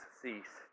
cease